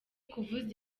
kuvuza